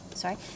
Sorry